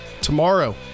Tomorrow